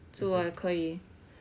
mmhmm